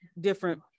different